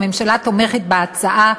הממשלה תומכת בהצעה.